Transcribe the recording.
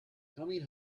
coming